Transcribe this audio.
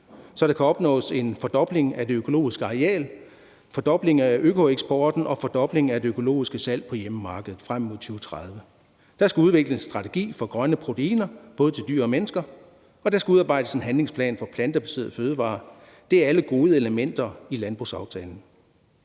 så der kan opnås en fordobling af det økologiske areal, fordobling af økoeksporten og fordobling af det økologiske salg på hjemmemarkedet frem mod 2030. Der skal udvikles en strategi for grønne proteiner, både til dyr og mennesker, og der skal udarbejdes en handlingsplan for plantebaserede fødevarer. Det er alle gode elementer i landbrugsaftalen.